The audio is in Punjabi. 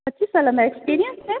ਪੱਚੀ ਸਾਲਾਂ ਦਾ ਐਕਸਪੀਰੀਅੰਸ ਹੈ